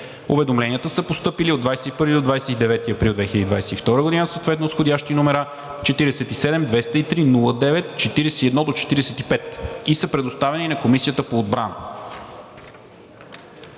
Уведомленията са постъпили от 21 до 29 април 2022 г., съответно с вх. № 47-203-09-41 до 45 и са предоставени на Комисията по отбрана.